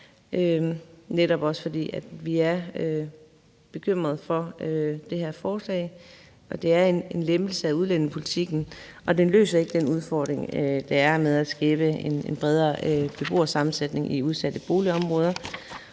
netop fordi vi er bekymrede over det her forslag. Det er en lempelse af udlændingepolitikken, og det løser ikke den udfordring, der er med at skabe en bredere beboersammensætning i udsatte boligområder.